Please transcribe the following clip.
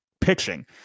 pitching